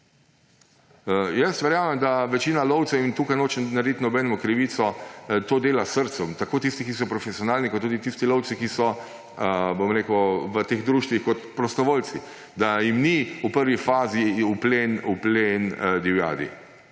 Jaz verjamem, da večina lovcev, in tukaj nočem narediti nobenemu krivico, to dela s srcem, tako tisti, ki so profesionalni, kot tudi tisti lovci, ki so v društvih kot prostovoljci, da jim ni v prvi fazi uplen divjadi.